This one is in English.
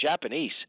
Japanese